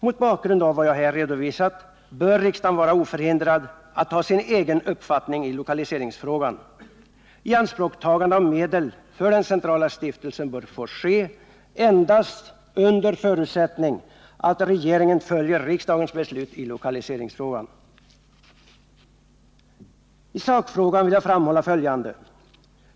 Mot bakgrund av vad jag här redovisat bör riksdagen vara oförhindrad att ha sin egen uppfattning i lokaliseringsfrågan. lanspråktagande av medel för den centrala stiftelsen bör få ske endast under förutsättning att regeringen följer riksdagens beslut i lokaliseringsfrågan. 5 I sakfrågan vill jag framhålla följande.